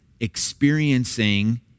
experiencing